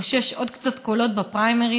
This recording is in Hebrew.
לקושש עוד קצת קולות בפריימריז,